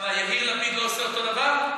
למה, יהיר לפיד לא עושה אותו דבר?